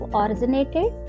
originated